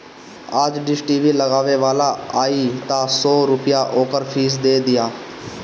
आज dish TV लगावे वाला आई तअ सौ रूपया ओकर फ़ीस दे दिहा